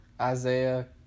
Isaiah